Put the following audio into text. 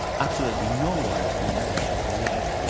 absolutely no-one was doing philosophy of religion.